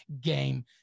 game